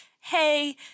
hey